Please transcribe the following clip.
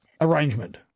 Arrangement